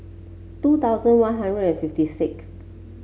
two thousand One Hundred and fifty sixth